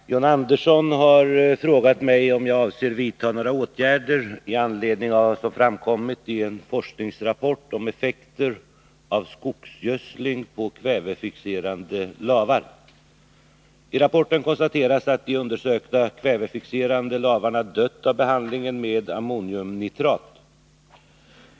Herr talman! John Andersson har frågat mig om jag avser vidta några åtgärder i anledning av vad som framkommit i en forskningsrapport om effekter av skogsgödsling på kvävefixerande lavar. I rapporten konstaterades att de undersökta kvävefixerande lavarna dött av behandling med ammoniumnitrat.